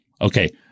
Okay